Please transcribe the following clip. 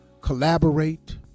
collaborate